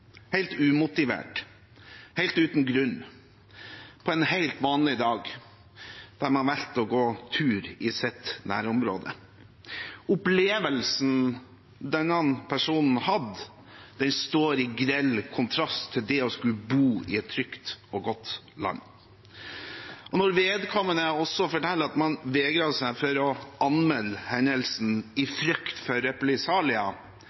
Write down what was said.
helt umotivert, helt uten grunn, på en helt vanlig dag, der man valgte å gå tur i sitt nærområde. Opplevelsen denne personen hadde, står i grell kontrast til det å skulle bo i et trygt og godt land. Når vedkommende også forteller at man vegrer seg for å anmelde hendelsen i